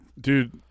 Dude